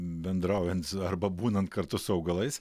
bendraujant arba būnant kartu su augalais